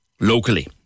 locally